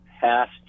past